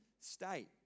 state